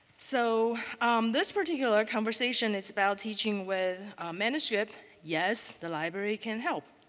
so this particular conversation is about teaching with manuscripts, yes, the library can help.